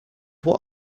what